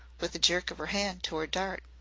with a jerk of her hand toward dart.